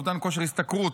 אובדן כושר השתכרות,